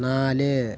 നാല്